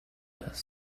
this